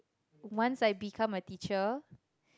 once I become a teacher